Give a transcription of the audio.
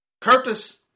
Curtis